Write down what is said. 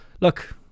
Look